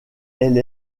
elle